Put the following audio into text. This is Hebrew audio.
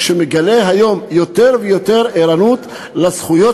שמגלה היום יותר ויותר ערנות לזכויות